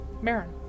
Marin